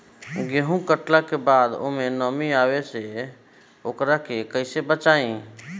गेंहू कटला के बाद ओमे नमी आवे से ओकरा के कैसे बचाई?